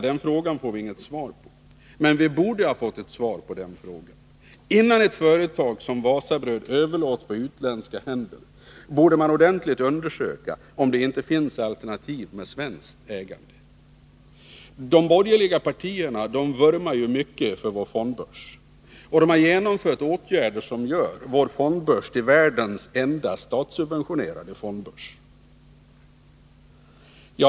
Den frågan får vi inget svar på. Men vi borde ha fått ett svar på den frågan. Innan ett företag som Wasabröd överlåts på utländska händer borde man ordentligt undersöka om det inte finns alternativ med svenskt ägande. De borgerliga partierna vurmar ju mycket för vår fondbörs. De har genomfört åtgärder som gör vår fondbörs till världens enda statssubventionerade fondbörs.